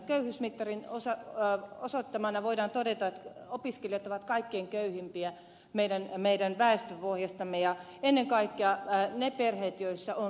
köyhyysmittarin osoittamana voidaan todeta että opiskelijat ovat kaikkein köyhimpiä meidän väestöpohjastamme ja ennen kaikkea ne perheet joissa on lapsia